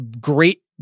great